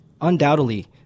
undoubtedly